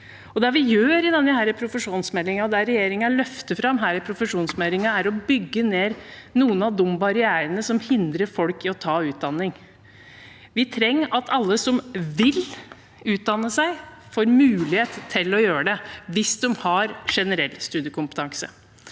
Det vi gjør i denne profesjonsmeldingen, det regjeringen løfter fram her i profesjonsmeldingen, er å bygge ned noen av de barrierene som hindrer folk i å ta utdanning. Vi trenger at alle som vil utdanne seg, får mulighet til å gjøre det, hvis de har generell studiekompetanse.